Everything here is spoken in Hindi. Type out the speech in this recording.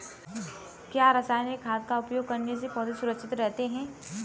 क्या रसायनिक खाद का उपयोग करने से पौधे सुरक्षित रहते हैं?